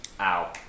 Ow